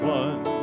one